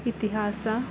ಇತಿಹಾಸ